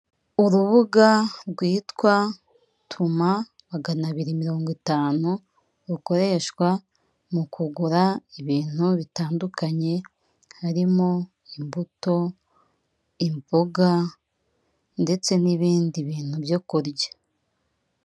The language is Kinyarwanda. Urubuga rwitwa tuma maganabiri mirongo itanu rukoreshwa mu kugura ibintu bitandukanye harimo imbuto, imboga ndetse n'ibindi bintu byo kurya.